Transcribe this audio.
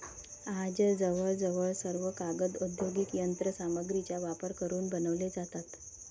आज जवळजवळ सर्व कागद औद्योगिक यंत्र सामग्रीचा वापर करून बनवले जातात